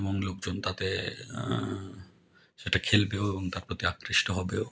এবং লোকজন তাতে সেটা খেলবে এবং তার প্রতি আকৃষ্ট হবেও